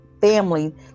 family